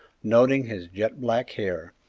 noting his jet-black hair,